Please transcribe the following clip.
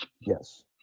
Yes